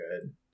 good